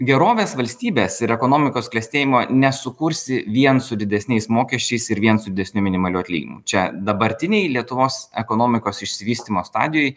gerovės valstybės ir ekonomikos klestėjimo nesukursi vien su didesniais mokesčiais ir vien su didesniu minimaliu atlyginimu čia dabartinėj lietuvos ekonomikos išsivystymo stadijoj